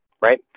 right